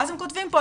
ואז הם כותבים פה,